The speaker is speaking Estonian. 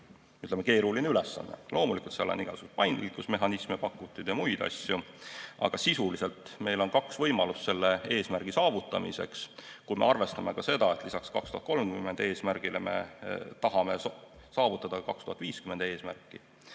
ütleme, keeruline ülesanne. Loomulikult on seal pakutud igasuguseid paindlikkusmehhanisme ja muid asju, aga sisuliselt on meil kaks võimalust selle eesmärgi saavutamiseks, kui me arvestame ka seda, et lisaks 2030. aasta eesmärgile me tahame saavutada 2050. aasta eesmärki.